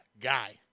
guy